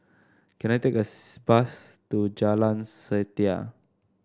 can I take a bus to Jalan Setia